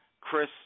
Chris